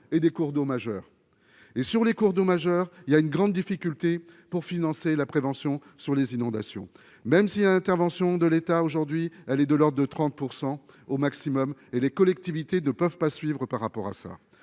et des cours d'eau majeur et sur les cours d'eau majeur, il y a une grande difficulté pour financer la prévention sur les inondations, même si l'intervention de l'État, aujourd'hui elle est de l'Ordre de 30 % au maximum et les collectivités de peuvent pas suivre par rapport à ça,